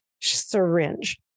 syringe